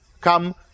come